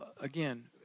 again